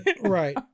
Right